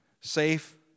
safe